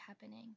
happening